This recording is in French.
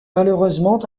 malheureusement